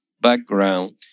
background